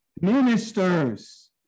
ministers